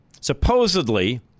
Supposedly